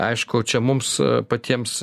aišku čia mums patiems